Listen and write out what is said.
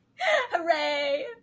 Hooray